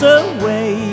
away